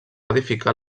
edificar